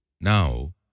Now